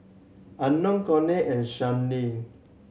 Unknown Coley and